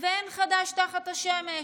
ואין חדש תחת השמש.